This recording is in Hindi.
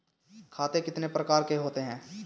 खाते कितने प्रकार के होते हैं?